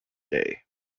day